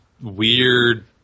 weird